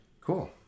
Cool